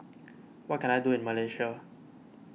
what can I do in Malaysia